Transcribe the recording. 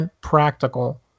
practical